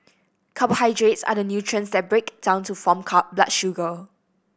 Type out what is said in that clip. carbohydrates are the nutrients that break down to form blood sugar